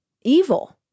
evil